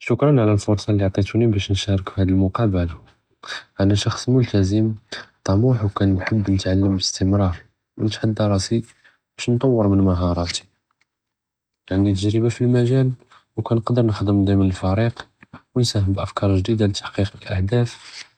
שֻכְּרַאן עלא לְפֻרְצַה לִעְטִיתוּנִי בַּאש נְשַארֶכּ פְהַאד לְמֻקַאבַּלַה، אַנַא שַחְ׳ס מֻלְתַזִם טַמֻוּח، וּכּנְחַבּ נְתְעַלַּם בִּסְתִמְרַאר، נְתְחַדַּא רַאסִי، בַּאש נְטַוַּר מִן מַהַארְתִי، עַנְדִי תַגְ׳רִבַּה פַלְמִגַ׳אל וּמַא תְקְדֶּרְש נְחְ׳דֶם דִמְן פַרִיק، וּנְסַאהֶם בִּאַפְכַּאר גְ׳דִידַה לִתַחְקִיק אַהְדַאף